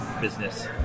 business